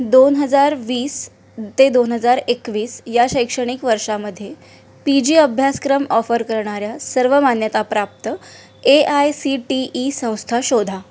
दोन हजार वीस ते दोन हजार एकवीस या शैक्षणिक वर्षामध्ये पी जी अभ्यासक्रम ऑफर करणाऱ्या सर्व मान्यताप्राप्त A I C T E संस्था शोधा